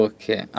Okay